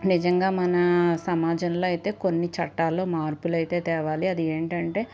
నిజంగా మన సమాజంలో అయితే కొన్ని చట్టాల్లో మార్పులు అయితే తేవాలి అదేంటంటే